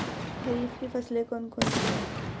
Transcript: खरीफ की फसलें कौन कौन सी हैं?